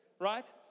right